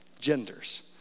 genders